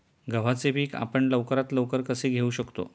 गव्हाचे पीक आपण लवकरात लवकर कसे घेऊ शकतो?